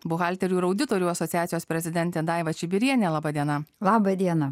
buhalterių ir auditorių asociacijos prezidentė daiva čibirienė laba diena laba diena